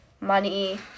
money